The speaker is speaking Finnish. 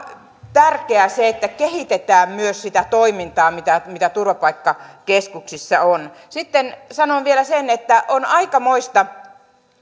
tärkeää se että kehitetään myös sitä toimintaa mitä mitä turvapaikkakeskuksissa on sitten sanon vielä sen että on aikamoista